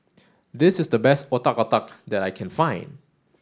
this is the best Otak Otak that I can find